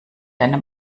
einem